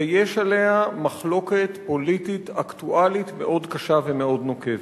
ויש עליה מחלוקת פוליטית אקטואלית מאוד קשה ומאוד נוקבת.